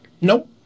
Nope